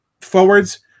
forwards –